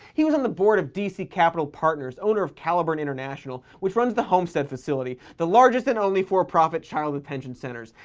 he was on the board of dc capital partners, owner of caliburn international, which runs the homestead facility, the largest and only for-profit child detention centers.